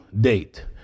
date